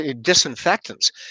disinfectants